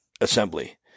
assembly